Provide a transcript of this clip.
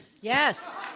Yes